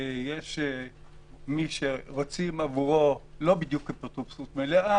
יש מי שרוצים עבורו לא בדיוק אפוטרופסות מלאה,